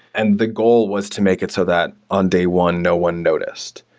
and the goal was to make it so that on day one no one noticed,